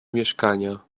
mieszkania